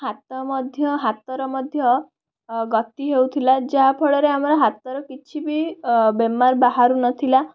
ହାତ ମଧ୍ୟ ହାତର ମଧ୍ୟ ଗତି ହେଉଥିଲା ଯାହାଫଳରେ ଆମର ହାତର କିଛି ବି ବେମାର ବାହାରୁ ନଥିଲା